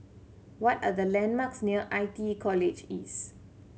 what are the landmarks near I T E College East